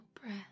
breath